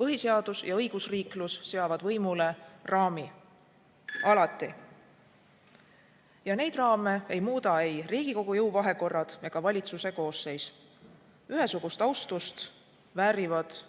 Põhiseadus ja õigusriiklus seavad võimule raami. Alati. Ja neid raame ei muuda Riigikogu jõuvahekorrad ega valitsuse koosseis. Ühesugust austust väärivad